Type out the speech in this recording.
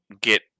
get